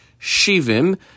Shivim